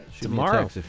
tomorrow